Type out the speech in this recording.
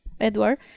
Edward